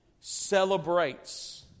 celebrates